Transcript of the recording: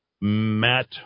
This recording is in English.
Matt